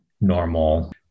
normal